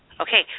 okay